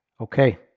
Okay